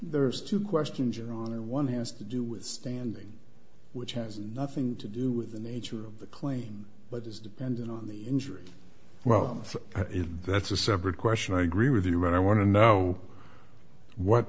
there's two questions your honor one has to do with standing which has nothing to do with the nature of the claim but is dependent on the injury well that's a separate question i agree with you but i want to know what